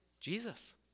Jesus